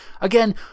Again